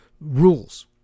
rules